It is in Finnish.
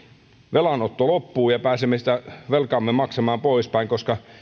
velanotto loppuu ja pääsemme sitä velkaamme maksamaan poispäin koska